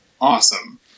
awesome